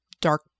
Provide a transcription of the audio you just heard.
dark